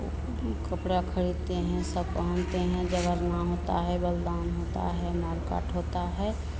कपड़ा खरीदते हैं सब पहनते हैं जगरना होता है बलिदान होता है मार काट होता है